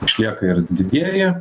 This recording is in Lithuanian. išlieka ir didėja